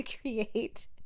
create